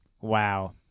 Wow